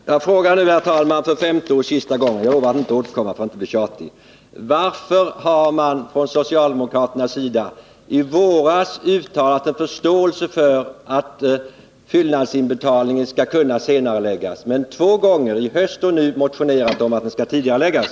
Herr talman! Jag frågar nu, herr talman, för femte och sista gången — jag lovar att inte återkomma för att bli tjatig: Varför har socialdemokraterna i våras uttalat sin förståelse för att fyllnadsinbetalningen skall kunna senareläggas men två gånger, i höst och nu, motionerat om att inbetalningarna skall tidigareläggas?